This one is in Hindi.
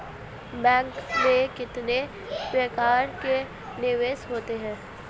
बैंक में कितने प्रकार के निवेश होते हैं?